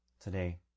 today